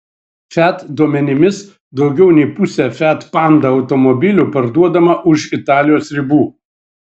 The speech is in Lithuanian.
fiat duomenimis daugiau nei pusė fiat panda automobilių parduodama už italijos ribų